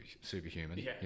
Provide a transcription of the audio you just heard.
superhuman